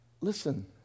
Listen